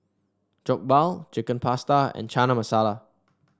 Jokbal Chicken Pasta and Chana Masala